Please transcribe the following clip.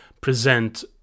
present